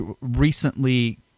recently